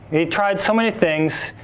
he tried so many things,